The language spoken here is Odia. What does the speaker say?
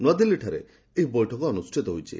ନୂଆଦିଲ୍ଲୀଠାରେ ଏହି ବୈଠକ ଅନୁଷ୍ଠିତ ହୋଇଛି